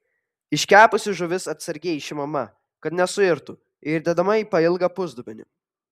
iškepusi žuvis atsargiai išimama kad nesuirtų ir įdedama į pailgą pusdubenį